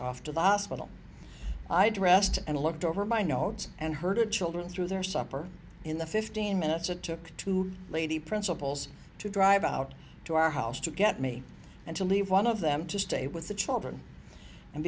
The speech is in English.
off to the hospital i dressed and looked over my notes and heard of children through their supper in the fifteen minutes it took to leave the principals to drive out to our house to get me and to leave one of them to stay with the children and